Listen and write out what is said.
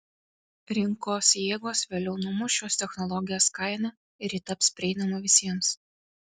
rinkos jėgos vėliau numuš šios technologijos kainą ir ji taps prieinama visiems